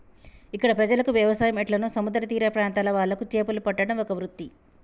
ఇక్కడ ప్రజలకు వ్యవసాయం ఎట్లనో సముద్ర తీర ప్రాంత్రాల వాళ్లకు చేపలు పట్టడం ఒక వృత్తి